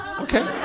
okay